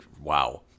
Wow